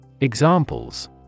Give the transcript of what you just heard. Examples